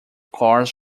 cars